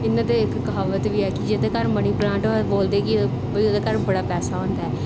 इंया ते इक क्हावत बी ऐ कि जेह्दे घर मनी प्लांट होऐ बोलदे कि ओह्दे घर बड़ा पैसा होंदा ऐ